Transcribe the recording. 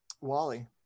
Wally